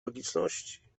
logiczności